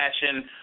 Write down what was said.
fashion